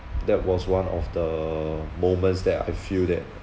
that was one of the moments that I feel that